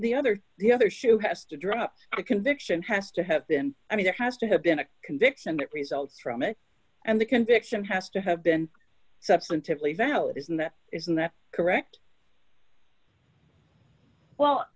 the other the other shoe has to drop the conviction has to have been i mean there has to have been a conviction that results from it and the conviction has to have been substantively valid isn't that isn't that correct well